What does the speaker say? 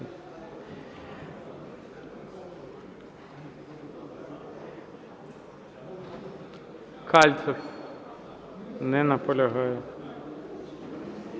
Кальцев. Не наполягає.